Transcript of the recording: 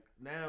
now